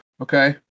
okay